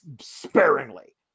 sparingly